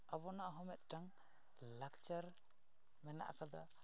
ᱟᱵᱚᱱᱟᱜ ᱦᱚᱸ ᱢᱤᱫᱴᱟᱱ ᱞᱟᱠᱪᱟᱨ ᱢᱮᱱᱟᱜ ᱠᱟᱫᱟ